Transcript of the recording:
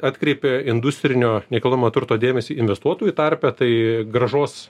atkreipė industrinio nekilnojamo turto dėmesį investuotojų tarpe tai grąžos